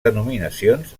denominacions